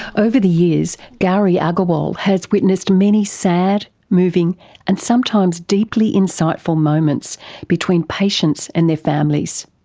over the years, ghauri ah aggarwal has witnessed many sad, moving and sometimes deeply insightful moments between patients and their families.